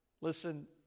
Listen